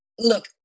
Look